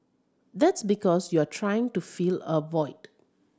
that's because you're trying to fill a void